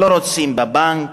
לא רוצים בבנק,